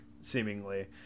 seemingly